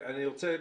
אני רוצה,